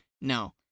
no